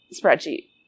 spreadsheet